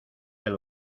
del